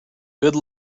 good